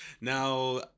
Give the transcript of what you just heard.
Now